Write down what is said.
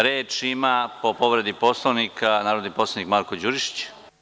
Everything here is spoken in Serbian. Reč ima po povredi Poslovnika narodni poslanik Marko Đurišić.